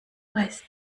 weiß